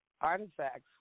artifacts